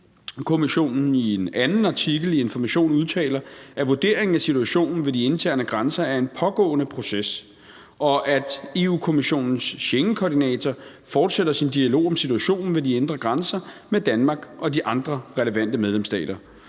Europa-Kommissionen i en anden artikel i Information udtaler, at vurderingen af situationen ved de interne grænser er en pågående proces, og at Europa-Kommissionens Schengenkoordinator fortsætter sin dialog om situationen ved de indre grænser med Danmark og de andre relevante medlemsstater.